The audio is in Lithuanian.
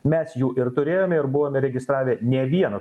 mes jų ir turėjome ir buvome registravę ne vieną